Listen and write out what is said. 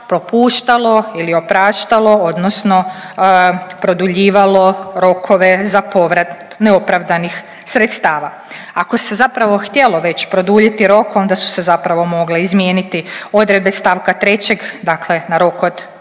propuštalo ili opraštalo, odnosno produljivalo rokove za povrat neopravdanih sredstava. Ako se zapravo htjelo već produljiti rok, onda su se zapravo mogle izmijeniti odredbe stavka trećeg, dakle na rok od